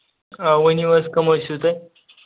آ ؤنِو حظ کٕم حظ چھِو تُہۍ